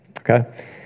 Okay